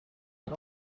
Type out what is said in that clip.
man